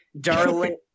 darling